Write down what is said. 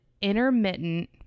intermittent